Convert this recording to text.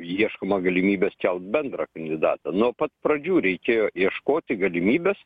ieškoma galimybės kelt bendrą kandidatą nuo pat pradžių reikėjo ieškoti galimybės